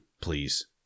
please